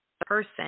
person